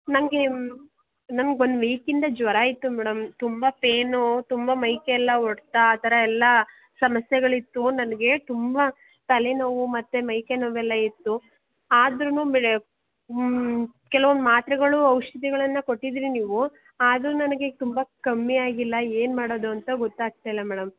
ನನ್ಗೆ ನಂಗೆ ಒನ್ ವೀಕಿಂದ ಜ್ವರ ಇತ್ತು ಮೇಡಮ್ ತುಂಬಾ ಪೇನು ತುಂಬಾ ಮೈ ಕೈಯೆಲ್ಲ ಒಡ್ತಾ ಆ ಥರ ಎಲ್ಲ ಸಮಸ್ಸೆಗಳು ಇತ್ತು ನನಗೆ ತುಂಬಾ ತಲೆನೋವು ಮತ್ತೆ ಮೈಕೈ ನೋವೆಲ್ಲ ಇತ್ತು ಆದರೂನು ಮೇಡಮ್ ಕೆಲವು ಮಾತ್ರೆಗಳು ಔಷಧಿಗಳನ್ನು ಕೊಟ್ಟಿದ್ದಿರಿ ನೀವು ಆದರು ನನಗೆ ತುಂಬಾ ಕಮ್ಮಿ ಆಗಿಲ್ಲ ಏನು ಮಾಡೋದು ಅಂತ ಗೊತ್ತಾಗ್ತಿಲ್ಲ ಮೇಡಮ್